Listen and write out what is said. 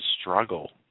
struggle